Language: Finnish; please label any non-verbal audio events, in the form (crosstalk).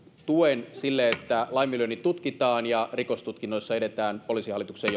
tuen sille että laiminlyönnit tutkitaan ja rikostutkinnoissa edetään poliisihallituksen (unintelligible)